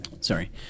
sorry